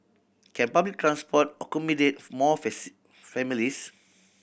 can public transport accommodate more families